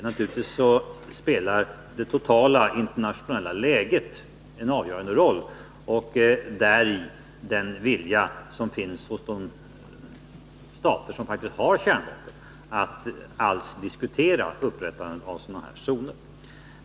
Naturligtvis spelar det totala internationella läget en avgörande roll, och däri den vilja som finns hos de stater som faktiskt har kärnvapen att alls diskutera upprättandet av sådana här zoner.